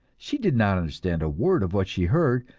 she did not understand a word of what she heard,